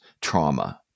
trauma